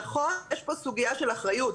נכון, יש פה סוגיה של אחריות.